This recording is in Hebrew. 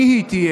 מי היא תהיה,